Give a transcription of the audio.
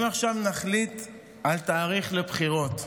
אם נחליט עכשיו על תאריך לבחירות,